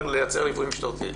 נא לייצר ליווי משפטי.